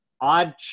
Odd